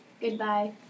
goodbye